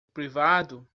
privado